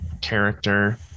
character